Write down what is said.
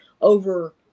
Over